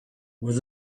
with